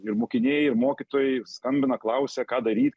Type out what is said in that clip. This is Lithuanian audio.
ir mokiniai ir mokytojai skambina klausia ką daryt